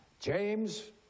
James